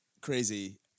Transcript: crazy